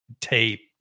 tape